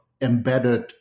embedded